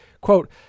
quote